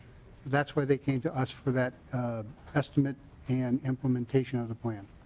that's why they came to us for that estimate and implementation of the plan.